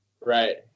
Right